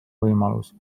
võimalus